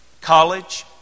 college